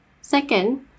second